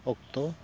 ᱚᱠᱛᱚ